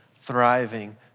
thriving